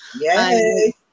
Yay